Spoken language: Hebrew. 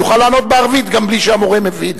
יוכל לענות בערבית גם בלי שהמורה מבין?